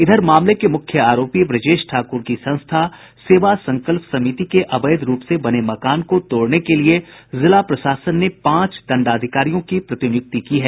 इधर मामले के मुख्य आरोपी ब्रजेश ठाकुर की संस्था सेवा संकल्प समिति के अवैध रूप से बने मकान को तोड़ने के लिये जिला प्रशासन ने पांच दंडाधिकारियों की प्रतिनियुक्ति की है